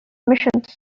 missions